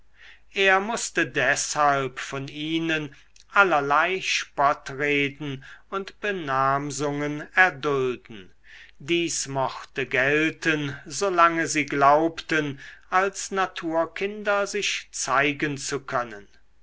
er mußte deshalb von ihnen allerlei spottreden und benamsungen erdulden dies mochte gelten solange sie glaubten als naturkinder sich zeigen zu können